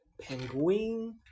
Penguin